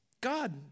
God